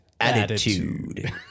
attitude